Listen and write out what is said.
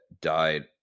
died